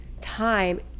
time